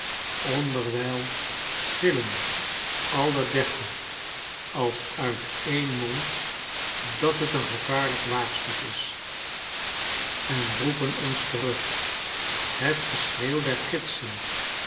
onderwijl gillen alle dertig als uit een mond dat het een gevaarlijk waagstuk is en roepen ons terug het geschreeuw der gidsen